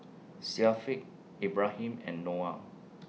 Syafiq Ibrahim and Noah